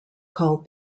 called